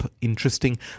interesting